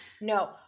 No